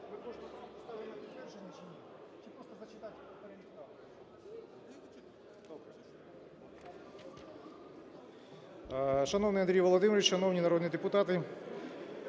Шановний Андрій Володимирович, шановні народні депутати!